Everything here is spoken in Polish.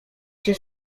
się